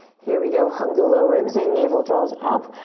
here we go, hug the low ribs in, navel draws up.